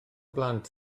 blant